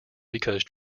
because